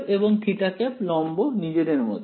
এবং লম্ব নিজেদের মধ্যে